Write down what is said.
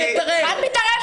אני אתערב.